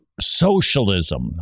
Socialism